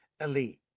elite